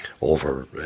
over